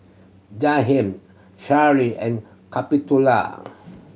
Jaheim Sheryll and Capitola